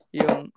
yung